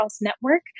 network